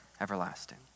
everlasting